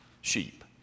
sheep